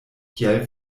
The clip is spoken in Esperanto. kial